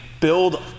Build